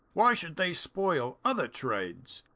why should they spoil other trades?